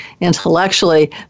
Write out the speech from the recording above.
intellectually